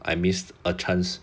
I missed a chance